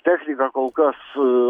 technika kol kas